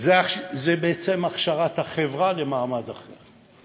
זה בעצם הכשרת החברה למעמד אחר,